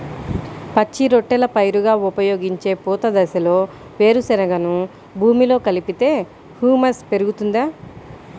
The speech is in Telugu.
పచ్చి రొట్టెల పైరుగా ఉపయోగించే పూత దశలో వేరుశెనగను భూమిలో కలిపితే హ్యూమస్ పెరుగుతుందా?